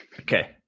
Okay